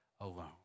alone